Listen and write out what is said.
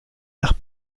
nach